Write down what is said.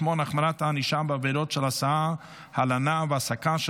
הגברת הסנקציות על ניכויים משכר עבודה בניגוד לדין),